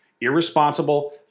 Irresponsible